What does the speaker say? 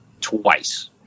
twice